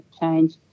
change